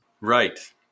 Right